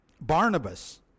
Barnabas